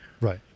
Right